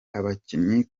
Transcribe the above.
abakinnyi